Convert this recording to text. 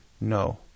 No